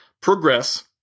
progress